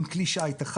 עם כלי שיט אחד.